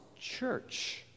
church